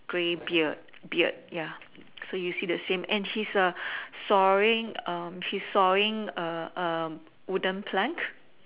grey beard beard ya so you see the same and he's a sawing um he's sawing a um wooden plank